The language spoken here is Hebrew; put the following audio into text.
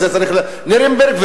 וזה נירנברג,